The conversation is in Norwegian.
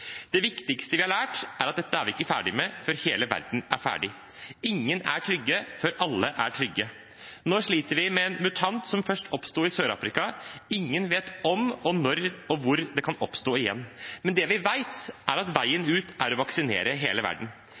Det viktigste vi har lært, er at dette er vi ikke ferdige med før hele verden er ferdig. Ingen er trygge før alle er trygge. Nå sliter vi med en mutant som først oppsto i Sør-Afrika. Ingen vet om, når og hvor det kan oppstå igjen. Det vi vet, er at veien ut er å vaksinere hele verden.